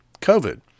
COVID